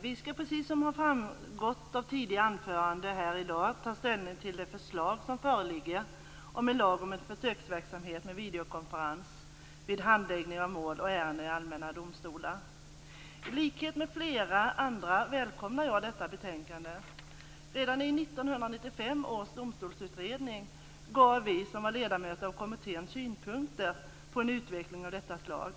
Vi skall, precis som framgått av tidigare anföranden i dag, ta ställning till det förslag som föreligger om en lag om en försöksverksamhet med videokonferens vid handläggning av mål och ärenden i allmänna domstolar. I likhet med flera andra välkomnar jag detta betänkande. Redan i 1995 års domstolsutredning gav vi som var ledamöter av kommittén synpunkter på en utveckling av detta slag.